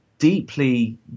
deeply